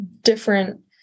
different